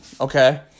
Okay